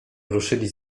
ruszyli